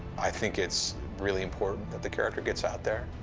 i think it's really important that the character gets out there,